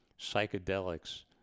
psychedelics